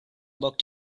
looked